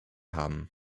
haben